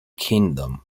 kingdom